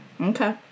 okay